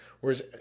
Whereas